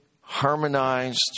harmonized